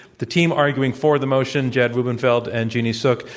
the team arguing for the motion, jed rubenfeld and jeannie suk,